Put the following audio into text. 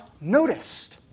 noticed